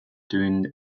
d’une